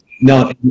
No